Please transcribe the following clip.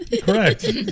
correct